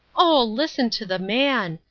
oh, listen to the man!